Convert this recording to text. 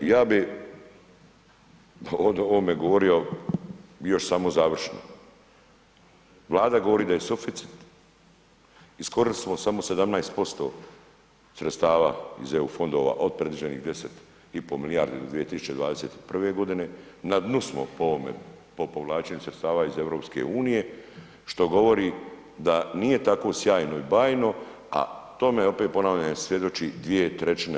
Ja bi o ovome govorio još samo završno, Vlada govori da je suficit, iskoristili samo 17% sredstava iz EU fondova od predviđenih 10,5 milijardi do 2021.g., na dnu smo po ovome, po povlačenju sredstava iz EU, što govori da nije tako sjajno i bajno, a tome opet ponavljam i svjedoči 2/